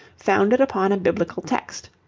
founded upon a biblical text,